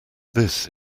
this